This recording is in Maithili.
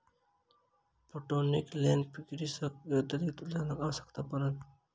पटौनीक लेल कृषक के अतरिक्त जलक आवश्यकता छल